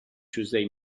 tuesday